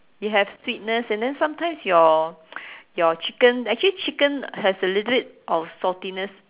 you have sweetness and then sometimes your your chicken actually chicken has a little bit of saltiness